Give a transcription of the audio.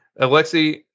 Alexei